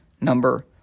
number